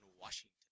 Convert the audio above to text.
Washington